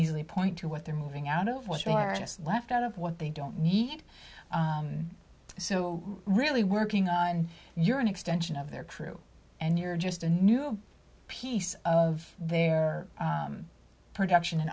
easily point to what they're moving out of what you are innocent left out of what they don't need so really working on you're an extension of their crew and you're just a new piece of their production and